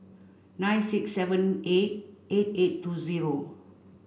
nine six seven eight eight eight two zero